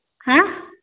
ହାଁ